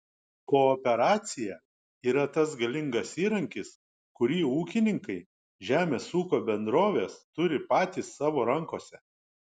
kooperacija yra tas galingas įrankis kurį ūkininkai žemės ūkio bendrovės turi patys savo rankose